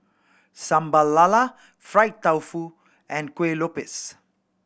Sambal Lala fried tofu and Kueh Lopes